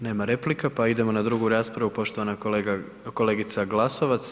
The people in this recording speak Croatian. Nema replika pa idemo na drugu raspravu, poštovana kolegica Glasovac.